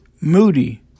Moody